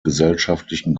gesellschaftlichen